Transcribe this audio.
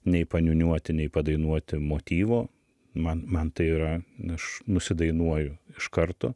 nei paniūniuoti nei padainuoti motyvo man man tai yra n aš nusidainuoju iš karto